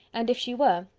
and if she were,